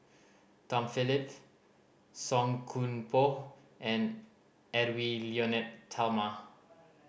Tom Phillips Song Koon Poh and Edwy Lyonet Talma